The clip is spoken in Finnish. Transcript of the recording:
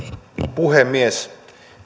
puhemies